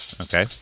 Okay